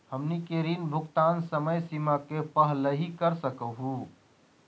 हमनी के ऋण भुगतान समय सीमा के पहलही कर सकू हो?